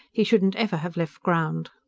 he shouldn't ever have left ground.